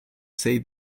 say